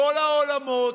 כל העולמות,